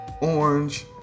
orange